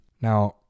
Now